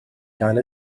gael